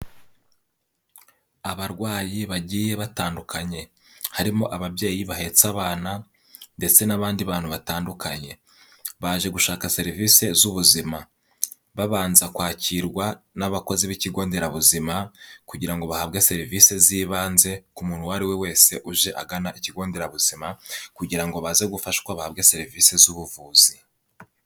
Abarwayi bagiye batandukanye. Harimo ababyeyi bahetse abana ndetse n'abandi bantu batandukanye. Baje gushaka serivise z'ubuzima. Babanza kwakirwa n'abakozi b'ikigo nderabuzima kugira ngo bahabwe serivise z'ibanze ku muntu uwo ari we wese uje agana ikigo nderabuzima kugira ngo baze gufashwa, bahabwe serivise z'ubuvuzi.